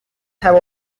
have